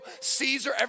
caesar